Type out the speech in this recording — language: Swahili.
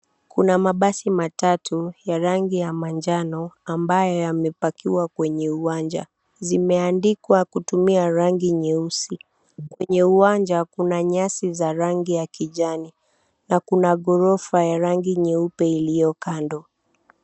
Kuna mabasi matatu ya rangi ya manjano amabyo yame pakiwa kwenye uwanja zimeandikwa kwa rangi nyeusi kwenye uwanja kuna nyasi rangi ya kijani na kuna goroja ya rangi nyeupe ilio kando.